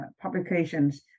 publications